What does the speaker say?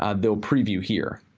ah they'll preview here.